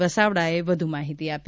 વસાવડાએ વધુ માહીતી આપી